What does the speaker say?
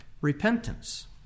repentance